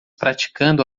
praticando